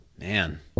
Man